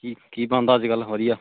ਕੀ ਕੀ ਬਣਦਾ ਅੱਜ ਕੱਲ੍ਹ ਵਧੀਆ